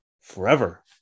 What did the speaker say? forever